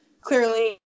clearly